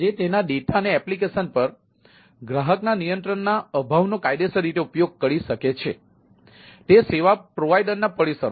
તે સેવા પ્રોવાઇડરના પરિસરમાં છે